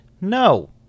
No